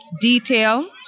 Detail